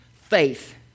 faith